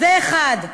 זה דבר אחד.